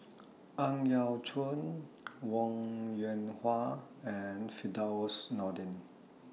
Ang Yau Choon Wong Yoon and Firdaus Nordin